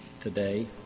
today